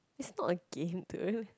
is not a game dude